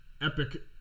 epic